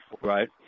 right